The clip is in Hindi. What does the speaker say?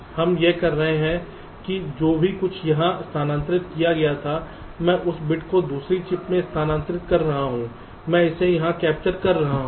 हम यह कह रहे हैं कि जो कुछ भी यहां स्थानांतरित किया गया था मैं उस बिट को दूसरी चिप में स्थानांतरित कर रहा हूं मैं इसे यहां कैप्चर कर रहा हूं